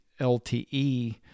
LTE